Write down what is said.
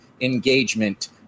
engagement